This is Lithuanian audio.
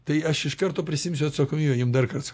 tai aš iš karto prisiimsiu atsakoybę jums dar kas